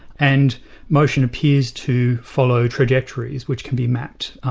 and motion appears to follow trajectories which can be mapped,